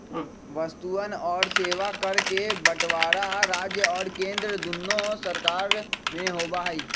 वस्तुअन और सेवा कर के बंटवारा राज्य और केंद्र दुन्नो सरकार में होबा हई